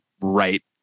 right